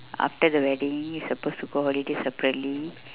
after the wedding we supposed to go holiday separately